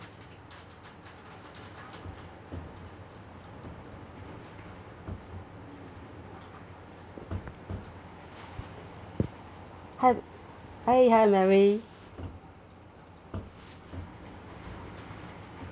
hi hi mary